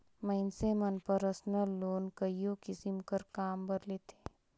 मइनसे मन personal loan कइयो किसिम कर काम बर लेथें